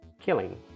killing